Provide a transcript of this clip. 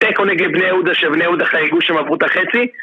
תיקו נגד בני יהודה כשבני יהודה חייגו שהם עברו את החצי